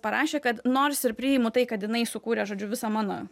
parašė kad nors ir priimu tai kad jinai sukūrė žodžiu visą mano